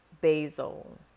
Basil